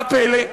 מה הפלא?